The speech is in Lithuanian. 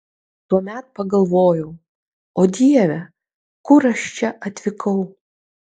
tuomet pagalvojau o dieve kur aš čia atvykau